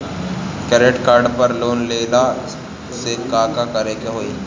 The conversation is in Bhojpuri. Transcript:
क्रेडिट कार्ड पर लोन लेला से का का करे क होइ?